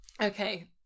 okay